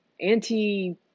anti